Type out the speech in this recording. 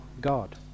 God